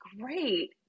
great